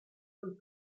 del